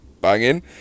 banging